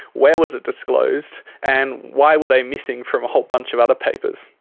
where was it disclosed, and why were they missing from a whole bunch of other papers.